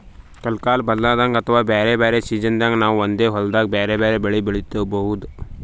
ಕಲ್ಕಾಲ್ ಬದ್ಲಾದಂಗ್ ಅಥವಾ ಬ್ಯಾರೆ ಬ್ಯಾರೆ ಸಿಜನ್ದಾಗ್ ನಾವ್ ಒಂದೇ ಹೊಲ್ದಾಗ್ ಬ್ಯಾರೆ ಬ್ಯಾರೆ ಬೆಳಿ ಬೆಳಿಬಹುದ್